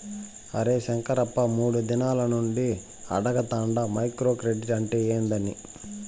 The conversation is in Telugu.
అరే శంకరప్ప, మూడు దినాల నుండి అడగతాండ మైక్రో క్రెడిట్ అంటే ఏందని